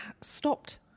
stopped